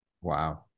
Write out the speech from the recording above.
wow